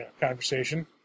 conversation